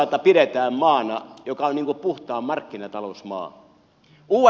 usata pidetään maana joka on puhtain markkinatalousmaa